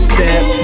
Step